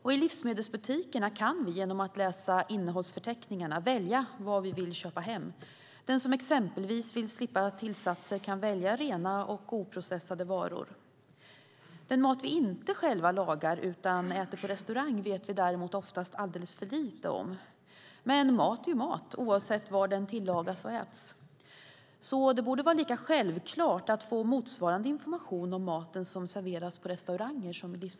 I livsmedelsbutikerna kan vi genom att läsa innehållsförteckningarna välja vad vi vill köpa hem. Den som exempelvis vill slippa tillsatser kan välja rena och oprocessade varor. Den mat som vi själva inte lagar utan äter på restaurang vet vi däremot oftast alldeles för lite om. Men mat är mat, oavsett var den tillagas och äts. Därför borde det vara självklart att få motsvarande information om den mat som serveras på restauranger.